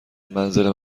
منزل